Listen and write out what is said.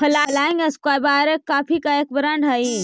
flying square coffee का एक brand हई